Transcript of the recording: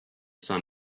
sun